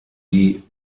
die